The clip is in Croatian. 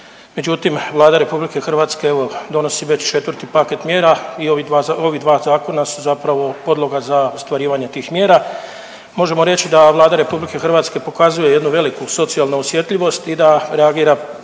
međutim Vlada RH evo donosi već 4 paket mjera i ovi dva, ovi dva zakona su zapravo podloga za ostvarivanje tih mjera. Možemo reći da Vlada RH pokazuje jednu veliku socijalnu osjetljivost i da reagira